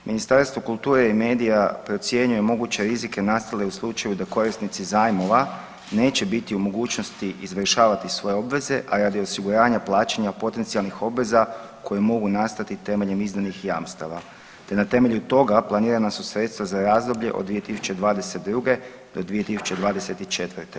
Ministarstvo kulture i medija procjenjuje moguće rizike nastale u slučaju da korisnici zajmova neće biti u mogućnosti izvršavati svoje obveze, a radi osiguravanja plaćanja potencijalnih obveza koje mogu nastati temeljem izdanih jamstava te na temelju toga planirana su sredstva za razdoblje od 2022.-2024.